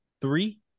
Three